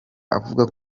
avuga